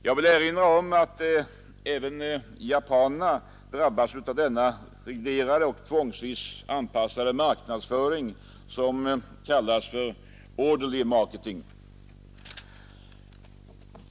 Jag vill erinra om att även japanerna drabbas av denna reglerade och tvångsvis anpassade marknadsföring som kallas ”orderly marketing”.